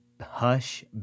Hush